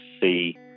see